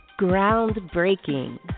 Groundbreaking